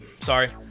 sorry